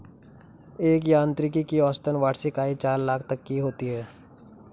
एक यांत्रिकी की औसतन वार्षिक आय चार लाख तक की होती है